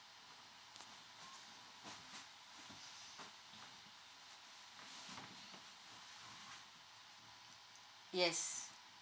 yes